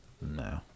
No